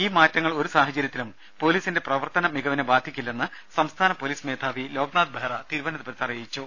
ഈ മാറ്റങ്ങൾ ഒരു സാഹചര്യത്തിലും പൊലീസിന്റെ പ്രവർത്തനമികവിനെ ബാധിക്കില്ലെന്ന് സംസ്ഥാന പൊലീസ് മേധാവി ലോക്നാഥ് ബെഹ്റ തിരുവനന്തപുരത്ത് പറഞ്ഞു